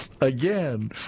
Again